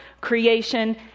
creation